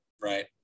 right